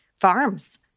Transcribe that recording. farms